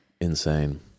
Insane